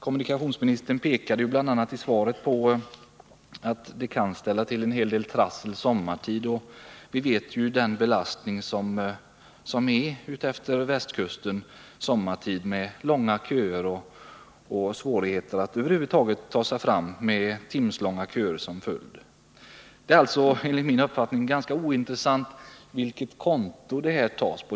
Kommunikationsministern pekar ju i svaret bl.a. på att det kan bli en hel del trassel sommartid. Vi vet ju vilken belastning det är utefter västkusten sommartid med timslånga köer och svårigheter att över huvud taget ta sig fram. Det är alltså ganska ointressant från vilket konto medlen tas.